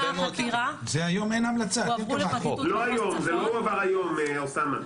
לא היום, זה לא הועבר היום, אוסמה.